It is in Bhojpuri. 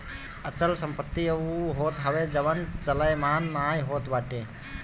अचल संपत्ति उ होत हवे जवन चलयमान नाइ होत बाटे